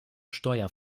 steuer